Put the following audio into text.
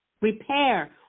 Repair